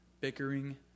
bickering